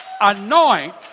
anoint